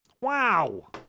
Wow